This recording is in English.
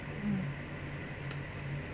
mm